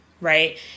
right